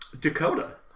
Dakota